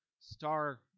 star